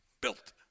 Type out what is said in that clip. built